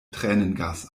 tränengas